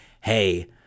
hey